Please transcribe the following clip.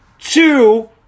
Two